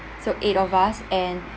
so eight of us and